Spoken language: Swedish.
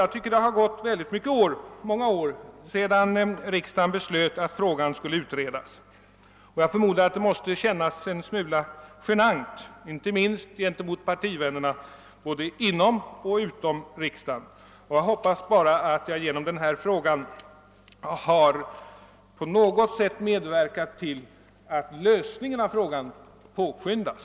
Jag tycker att det gått bra många år sedan riksdagen beslöt att frågan skulle utredas. Jag förmodar att det måste kännas en smula genant, inte minst gentemot partivännerna både inom och utom riksdagen. Jag hoppas att jag genom att på detta sätt aktualisera frågan på något sätt kunnat medverka till att lösningen av den påskyndas.